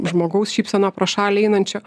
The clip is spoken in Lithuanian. žmogaus šypsena pro šalį einančio